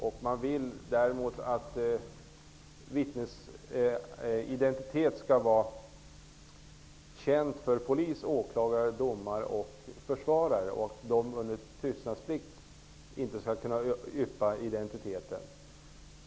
Däremot vill man att vittnens identitet skall vara känd för polis, åklagare, domare och försvarare och att dessa under tystnadsplikt inte skall kunna yppa identiteten.